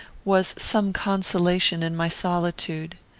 was some consolation in my solitude.